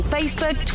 Facebook